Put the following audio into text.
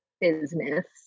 business